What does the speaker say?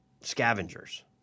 scavengers